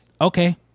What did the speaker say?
okay